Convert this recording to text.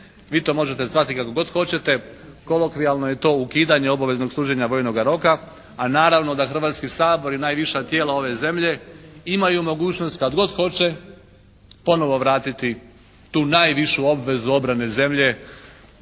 Vi to možete shvatiti kako god hoćete. Kolokvijalno je to ukidanje obaveznog služenja vojnoga roka. A naravno da Hrvatski sabor i najviša tijela ove zemlje imaju mogućnost kad god hoće ponovo vratiti tu najvišu obvezu obrane zemlje